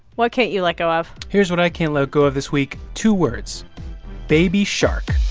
what can't you let go of? here's what i can't let go of this week. two words baby shark.